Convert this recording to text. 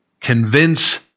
Convince